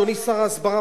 אדוני שר ההסברה,